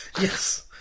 Yes